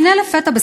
והנה לפתע,